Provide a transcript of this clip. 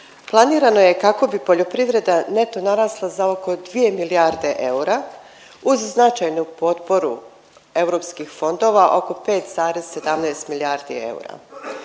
Planirano je kako bi poljoprivreda neto narasla za oko 2 milijarde eura uz značajnu potporu europskih fondova, a oko 5,17 milijardi eura,